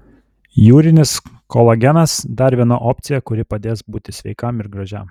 jūrinis kolagenas dar viena opcija kuri padės būti sveikam ir gražiam